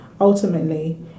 Ultimately